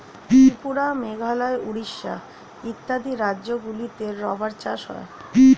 ত্রিপুরা, মেঘালয়, উড়িষ্যা ইত্যাদি রাজ্যগুলিতে রাবার চাষ হয়